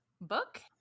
book